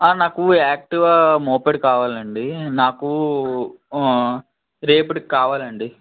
నాకు Activa moped కావాలండి నాకు రేపటికి కావాలండి